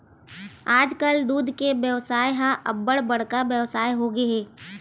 आजकाल दूद के बेवसाय ह अब्बड़ बड़का बेवसाय होगे हे